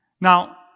Now